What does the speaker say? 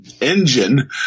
engine